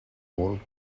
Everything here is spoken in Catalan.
molt